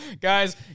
Guys